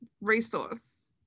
resource